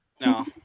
No